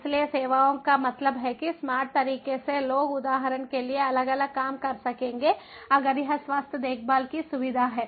इसलिए सेवाओं का मतलब है कि स्मार्ट तरीके से लोग उदाहरण के लिए अलग अलग काम कर सकेंगे अगर यह स्वास्थ्य देखभाल की सुविधा है